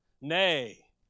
Nay